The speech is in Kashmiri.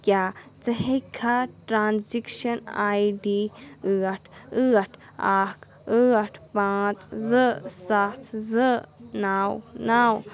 کیٛاہ ژٕ ہیٚکِکھا ٹرٛانٛزیکشن آئی ڈی ٲٹھ ٲٹھ اَکھ ٲٹھ پانٛژھ زٕ سَتھ زٕ نو نو